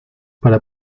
para